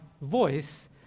voice